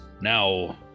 Now